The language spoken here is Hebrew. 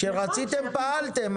כשרציתם פעלתם.